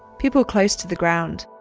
people close to the ground.